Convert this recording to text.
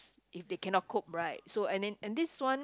if they cannot cope right so and then and this one